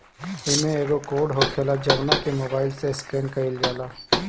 इमें एगो कोड होखेला जवना के मोबाईल से स्केन कईल जाला